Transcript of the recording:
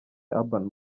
urban